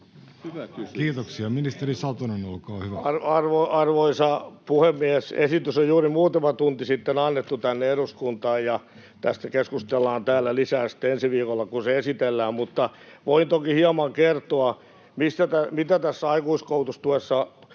sd) Time: 16:05 Content: Arvoisa puhemies! Esitys on juuri muutama tunti sitten annettu tänne eduskuntaan, ja tästä keskustellaan täällä lisää ensi viikolla, kun se esitellään, mutta voin toki hieman kertoa, mitä tässä aikuiskoulutustuessa